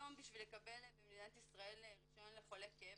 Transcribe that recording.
היום בשביל לקבל במדינת ישראל רישיון לחולה כאב